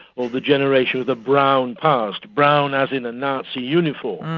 or the generation of the brown past brown as in a nazi uniform.